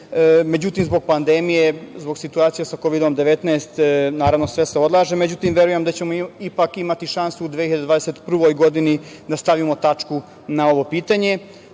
Međutim, zbog pandemije, zbog situacije sa Kovidom 19 naravno sve se odlaže, ali verujem da ćemo ipak imati šansu da u 2021. godini stavimo tačku na ovo pitanje.